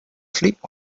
sleep